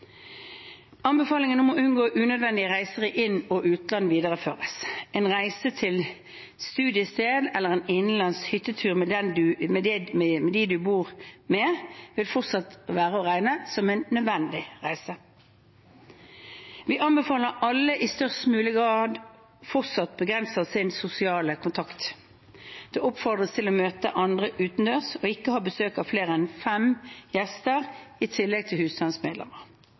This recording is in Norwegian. Anbefalingen om å unngå unødvendige reiser i inn- og utland videreføres. En reise til studiestedet eller en innenlands hyttetur med dem du bor sammen med, vil fortsatt være å regne som en nødvendig reise. Vi anbefaler at alle i størst mulig grad fortsatt begrenser sin sosiale kontakt. Det oppfordres til å møte andre utendørs og ikke ha besøk av flere enn fem gjester i tillegg til